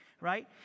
right